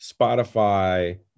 Spotify